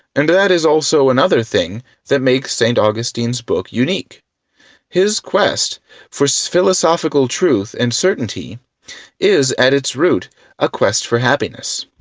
and that is also another thing that makes st. augustine's book unique his quest for so philosophical truth and certainty is at its root a quest for happiness.